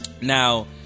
Now